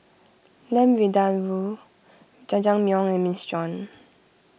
Lamb Vindaloo Jajangmyeon and Minestrone